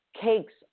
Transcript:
cakes